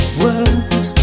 world